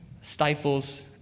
stifles